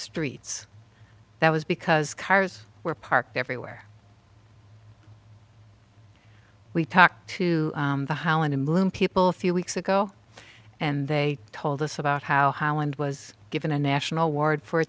streets that was because cars were parked everywhere we talked to the holland moon people a few weeks ago and they told us about how holland was given a national ward for it